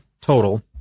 total